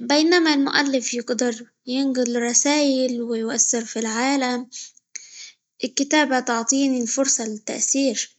بينما المؤلف يقدر ينقل رسايل، ويؤثر في العالم، الكتابة تعطيني فرصة للتأثير.